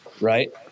right